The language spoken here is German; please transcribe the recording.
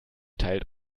teilt